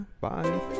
Bye